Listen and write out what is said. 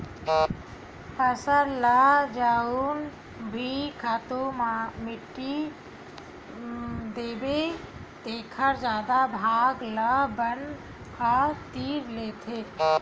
फसल ल जउन भी खातू माटी देबे तेखर जादा भाग ल बन ह तीर लेथे